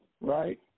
right